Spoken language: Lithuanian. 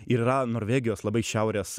ir yra norvegijos labai šiaurės